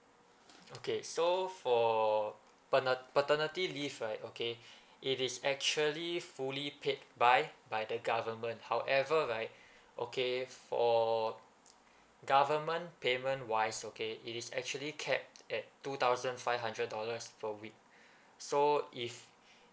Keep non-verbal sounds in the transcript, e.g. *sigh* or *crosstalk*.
okay so for pane~ paternity leave right okay *breath* it is actually fully paid by by the government however right *breath* okay for government payment wise okay it is actually kept at two thousand five hundred dollars per week *breath* so if